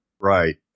Right